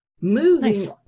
Moving